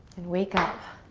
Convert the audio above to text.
and wake up